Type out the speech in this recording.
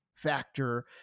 factor